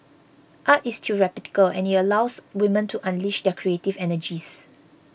art is therapeutic and it allows women to unleash their creative energies